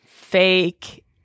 fake